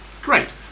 Great